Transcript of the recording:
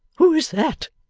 who is that?